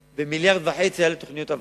מיליארד, ומיליארד וחצי היה לתוכניות הבראה.